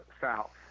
south